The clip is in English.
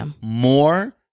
more